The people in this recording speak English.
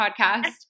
podcast